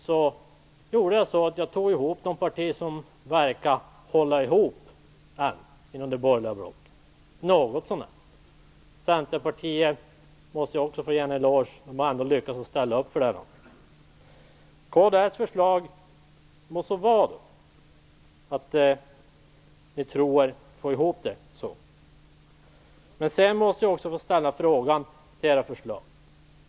I det här fallet tog jag de partier som ännu verkar hålla ihop något så när inom det borgerliga blocket. Jag måste få ge en eloge till Centerpartiet för att de har ställt upp för detta. Det må så vara att kds tror att ni får ert förslag att gå ihop. Sedan måste jag också få ställa en fråga om ert förslag.